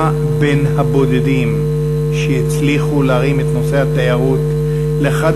אתה בין הבודדים שהצליחו להרים את נושא התיירות לאחד